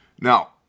Now